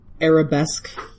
arabesque